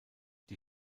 die